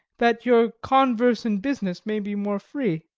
that your converse and business may be more free.